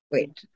Wait